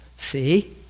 See